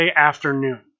afternoon